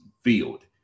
field